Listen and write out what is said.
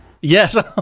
Yes